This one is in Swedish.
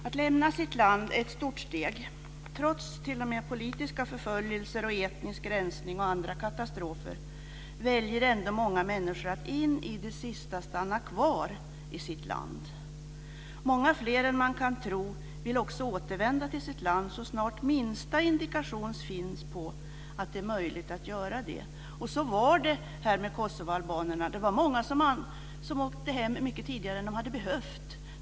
Att lämna sitt land är ett stort steg. Trots politiska förföljelser, etnisk rensning och andra katastrofer väljer många människor ändå att in i det sista stanna kvar i sitt land. Många fler än man kan tro vill också återvända till sitt land så snart det finns minsta indikation på att det är möjligt att göra det. Så var det också med kosovoalbanerna här. Många åkte hem mycket tidigare än de hade behövt.